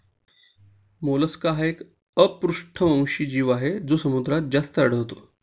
Mollusca हा एक अपृष्ठवंशी जीव आहे जो समुद्रात जास्त आढळतो